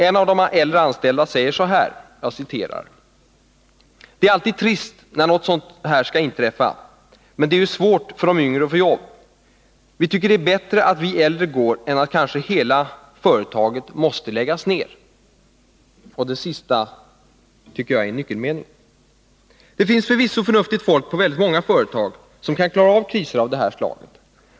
En av de äldre anställda säger: ”Det är alltid trist när något sådant här inträffar men det är ju svårt för dom yngre att få jobb. Vi tycker det är bättre att vi äldre går än att kanske hela företaget måste läggas ner.” Och det sista tycker jag är en nyckelmening. Det finns förvisso förnuftigt folk på väldigt många företag som kan klara av kriser av det här slaget.